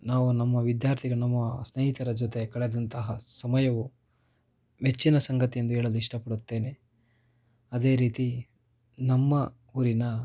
ನಾವು ನಮ್ಮ ವಿದ್ಯಾರ್ಥಿ ನಮ್ಮ ಸ್ನೇಹಿತರ ಜೊತೆ ಕಳೆದಂತಹ ಸಮಯವು ಮೆಚ್ಚಿನ ಸಂಗತಿ ಎಂದು ಹೇಳಲು ಇಷ್ಟಪಡುತ್ತೇನೆ ಅದೇ ರೀತಿ ನಮ್ಮ ಊರಿನ